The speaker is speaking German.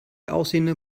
aussehende